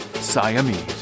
Siamese